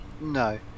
No